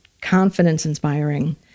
confidence-inspiring